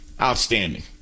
Outstanding